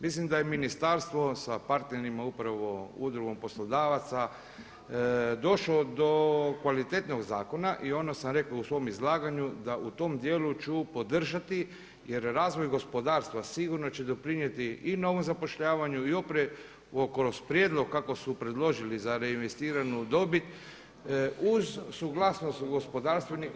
Mislim da je ministarstvo sa partnerima upravo udrugom poslodavaca došao do kvalitetnog zakona i onda sam rekao u svom izlaganju da u tom djelu ću podržati jer razvoj gospodarstva sigurno će doprinijeti i novom zapošljavanju i … kroz prijedlog kako su predložili za reinvestiranu dobit uz suglasnost gospodarstvenika.